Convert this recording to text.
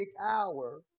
hour